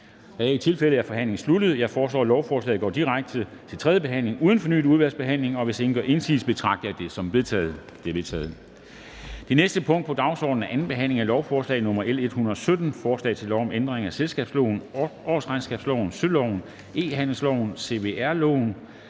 er tilfældet, er forhandlingen sluttet. Jeg foreslår, at lovforslaget går direkte til tredje behandling uden fornyet udvalgsbehandling, og hvis ingen gør indsigelse, betragter jeg det som vedtaget. Det er vedtaget. --- Det næste punkt på dagsordenen er: 8) 2. behandling af lovforslag nr. L 117: Forslag til lov om ændring af selskabsloven, årsregnskabsloven, søloven, E-handelsloven, CVR-loven